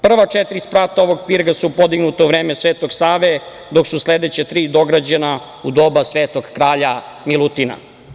Prva četiri sprata ovog pirga su podignuta u vreme Svetog Save, dok su sledeća tri dograđena u doba Svetog kralja Milutina.